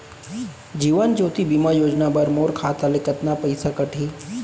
जीवन ज्योति बीमा योजना बर मोर खाता ले कतका पइसा कटही?